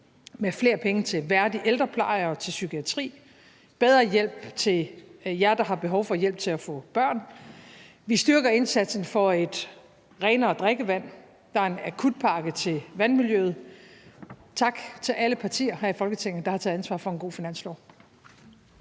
med flere penge til en værdig ældrepleje og til psykiatrien, bedre hjælp til jer, der har behov for hjælp til at få børn, og vi styrker indsatsen for renere drikkevand, og der er en akutpakke til vandmiljøet. Tak til alle partier her i Folketinget, der har taget ansvaret for en god finanslov.